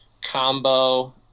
combo